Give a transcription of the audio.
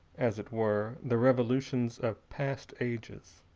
as it were, the revolutions of past ages.